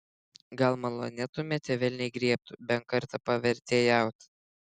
gal malonėtumėte velniai griebtų bent kartą pavertėjaut